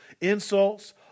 insults